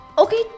Okay